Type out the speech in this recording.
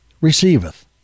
receiveth